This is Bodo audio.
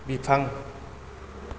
बिफां